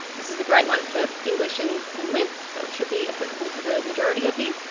this is a great one for english and and lit so it should be applicable to the majority of you.